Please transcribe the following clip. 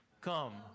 come